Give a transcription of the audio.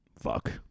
Fuck